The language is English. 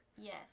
Yes